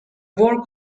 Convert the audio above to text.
work